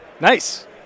Nice